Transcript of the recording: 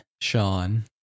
Sean